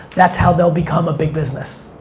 that's how they'll become a big business.